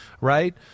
right